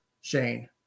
Shane